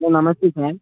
hello నమస్తే sir